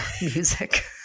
music